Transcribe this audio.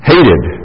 Hated